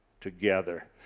together